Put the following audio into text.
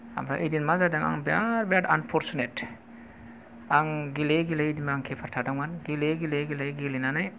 ओमफ्राय एउृइदिन मा जादों आं बिराद बिराद आनफरसुनेट आं गेलेयै गेलेयै एइदिनबो आं किपार थादोंमोन गेलेयै गेलेयै गेलानानै